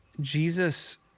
Jesus